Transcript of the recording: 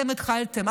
אתם התחלתם,